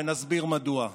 ונסביר מדוע.